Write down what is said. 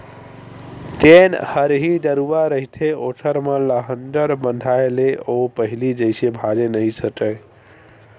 जेन हरही गरूवा रहिथे ओखर म लांहगर बंधाय ले ओ पहिली जइसे भागे नइ सकय